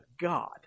God